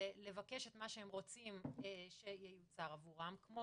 לבקש את מה שהם רוצים שיוצר עבורם, כמו